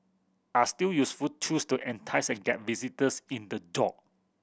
are still useful tools to entice and get visitors in the door